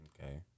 Okay